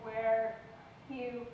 where you